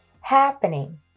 happening